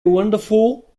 wonderful